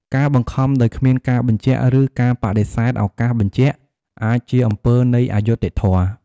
ការបង្ខំដោយគ្មានការបញ្ជាក់ ឬក៏ការបដិសេធឱកាសបញ្ជាក់អាចជាអំពើនៃអយុត្តិធម៌។